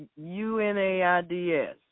UNAIDS